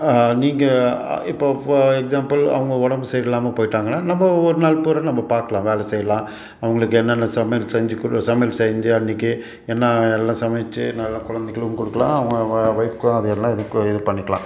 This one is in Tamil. நீங்கள் இப்போது ஃபார் எக்ஸாம்பிள் அவங்க உடம்பு சரி இல்லாமல் போட்டாங்கனா நம்ம ஒவ்வொரு நாள் பூராக நம்ம பார்க்கலாம் வேலை செய்யலாம் அவங்களுக்கு என்னென்ன சமையல் செஞ்சு கொடு சமையல் செஞ்சு அன்னைக்கி என்ன எல்லாம் சமைத்து நல்லா குழந்தைங்களுக்கும் கொடுக்கலாம் அவங்க வ வைஃப்க்குலாம் அதெல்லாம் இதுக்கு இது பண்ணிக்கலாம்